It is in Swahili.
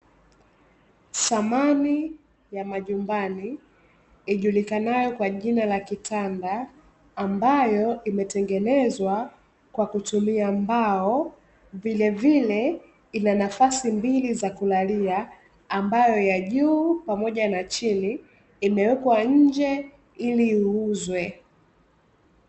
Samani ya majumbani, ijulikanayo kwa jina la kitanda, ambayo imetengenezwa kwa kutumia mbao, vilevile ina nafasi mbili za kulalia ambayo ya juu pamoja na chini, imewekwa nje ili iuzwe.